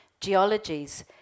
geologies